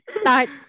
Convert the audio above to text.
Start